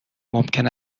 ممکن